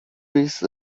raised